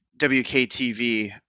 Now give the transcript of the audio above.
WKTV